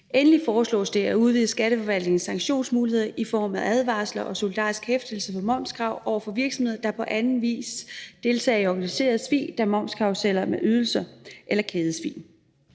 Endelig foreslås det at udvide Skatteforvaltningens sanktionsmuligheder i form af advarsler og solidarisk hæftelse for momskrav over for virksomheder, der på anden vis deltager i organiseret svig via momskarruseller med ydelser eller kædesvig.